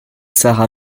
sarah